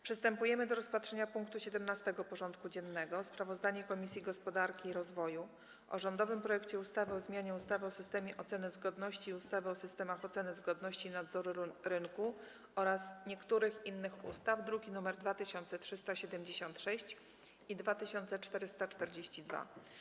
Przystępujemy do rozpatrzenia punktu 17. porządku dziennego: Sprawozdanie Komisji Gospodarki i Rozwoju o rządowym projekcie ustawy o zmianie ustawy o systemie oceny zgodności i ustawy o systemach oceny zgodności i nadzoru rynku oraz niektórych innych ustaw (druki nr 2376 i 2442)